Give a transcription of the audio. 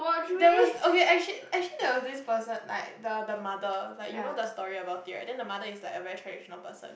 there was okay actually actually there was this person like the the mother like you know the story about it right then the mother is like a very traditional person